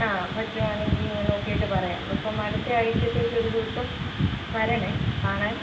ആ പറ്റുവാണെങ്കിൽ ഞാൻ നോക്കീട്ട് പറയാം അപ്പം അടുത്തയാഴ്ചത്തേക്കൊരു ദിവസം വരണം കാണാൻ